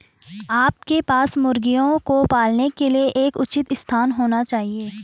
आपके पास मुर्गियों को पालने के लिए एक उचित स्थान होना चाहिए